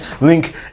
link